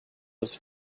was